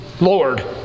Lord